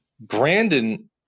Brandon